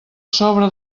sobre